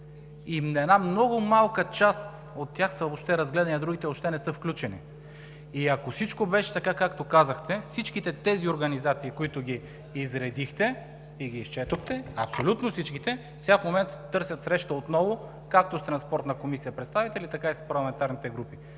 и една много малка част от тях въобще са разгледани, а другите въобще не са включени! И ако всичко беше така, както казахте, всичките тези организации, които ги изредихте и ги изчетохте, абсолютно всичките, сега, в момента, търсят среща отново, както с представители на Транспортна комисия, така и с парламентарните групи,